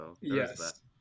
Yes